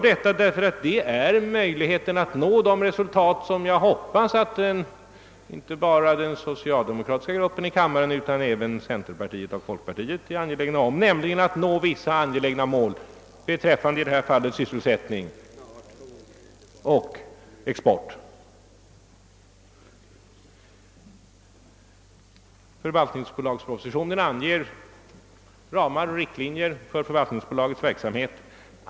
Det ger nämligen möjlighet att nå vissa angelägna mål — som jag hoppas att inte bara den socialdemokratiska gruppen i kammaren utan även centerpartiet och folkpartiet anser viktiga — beträffande sysselsättning och export. - Förvaltningsbolagspropositionen anger ramar och riktlinjer för förvaltningsbolagets verksamhet.